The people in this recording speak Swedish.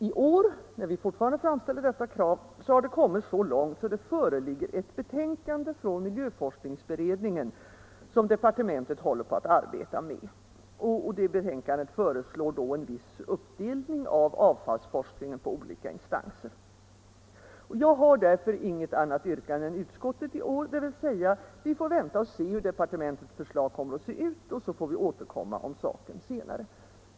I år när vi fortfarande framställer detta krav har det kommit så långt att det föreligger ett betänkande från miljöforskningsberedningen som departementet håller på att arbeta med. Det betänkandet föreslår en viss uppdelning av avfallsforskningen på olika instanser. Jag har därför inget annat yrkande än utskottet i år, dvs. vi får vänta och se hur departementets förslag kommer att se ut och återkomma till saken senare.